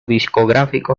discográfico